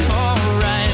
alright